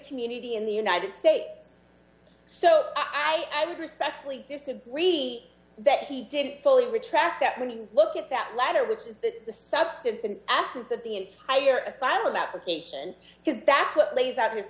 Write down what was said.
community in the united states so i would respectfully disagree that he didn't fully retract that when you look at that letter which is that the substance and absence of the entire asylum application because that's what lays out his